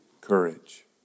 Courage